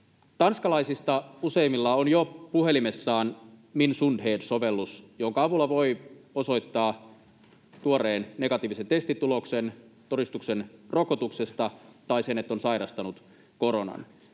Tanskalaisista useimmilla on jo puhelimessaan MinSundhed‑sovellus, jonka avulla voi osoittaa tuoreen negatiivisen testituloksen, todistuksen rokotuksesta tai sen, että on sairastanut koronan.